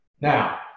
Now